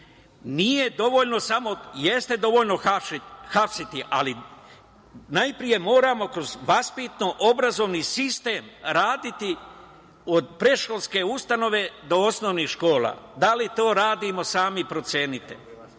nije dovoljno samo, jeste dovoljno hapsiti, ali najpre moramo kroz vaspitno-obrazovni sistem raditi od predškolske ustanove do osnovnih škola. Da li to radimo, sami procenite.